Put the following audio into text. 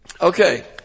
Okay